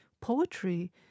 poetry